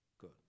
Good